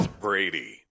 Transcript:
Brady